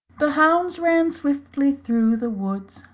the hounds ran swiftly through the woods,